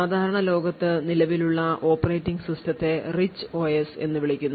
സാധാരണ ലോകത്ത് നിലവിലുള്ള ഓപ്പറേറ്റിംഗ് സിസ്റ്റത്തെ rich OS എന്ന് വിളിക്കുന്നു